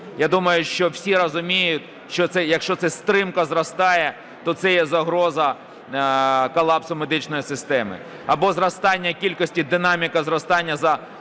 Я думаю, що всі розуміють, якщо це стрімко зростає, то це є загроза колапсу медичної системи. Або зростання кількості, динаміка зростання